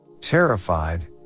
Terrified